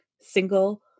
single